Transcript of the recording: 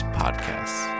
podcasts